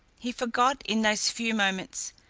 he forgot, in those few moments,